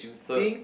so